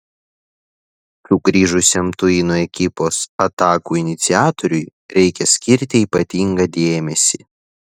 sugrįžusiam tuino ekipos atakų iniciatoriui reikia skirti ypatingą dėmesį